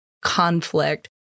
conflict